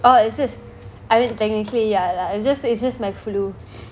oh is it I mean technically ya lah it's just it's just my flu